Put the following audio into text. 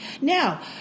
Now